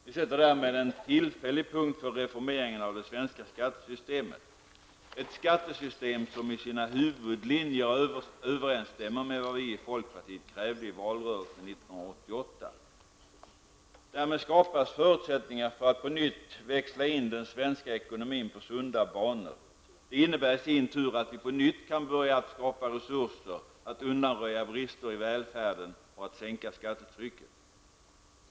Vi sätter därmed en tillfällig punkt för reformeringen av det svenska skattesystemet, ett skattesystem som i sina huvudlinjer överensstämmer med vad vi i folkpartiet krävde i valrörelsen 1988. Därmed skapas förutsättningar för att på nytt växla in den svenska ekonomin på sunda banor. Det innebär i sin tur att vi på nytt kan börja att skapa resurser, att undanröja brister i välfärden och att sänka skattetrycket.